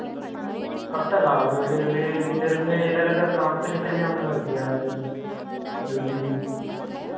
कब तक आओगे फिर भी फिर मैं इधर उधर काम पे निकल जाऊंगा या फिर ड्यूटी